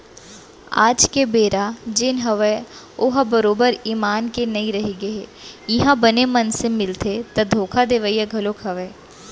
आज के बेरा जेन हवय ओहा बरोबर ईमान के नइ रहिगे हे इहाँ बने मनसे मिलथे ता धोखा देवइया घलोक हवय